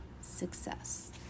success